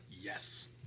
Yes